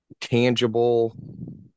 tangible